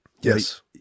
yes